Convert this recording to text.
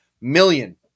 million